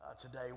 Today